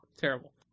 Terrible